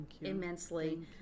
immensely